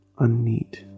...unneat